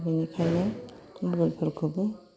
बिनिखायनो मबेलफोरखौबो